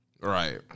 Right